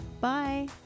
Bye